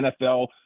NFL